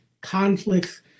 conflicts